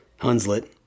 Hunslet